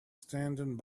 standing